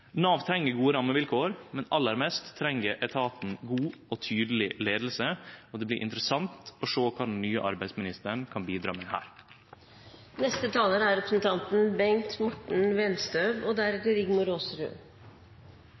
Nav treng gode rammevilkår, men aller mest treng etaten god og tydeleg leiing. Det blir interessant å sjå kva den nye arbeidsministeren kan bidra med her. Regjeringens mål for arbeidslivet er et velfungerende arbeidsmarked som sikrer lav arbeidsledighet og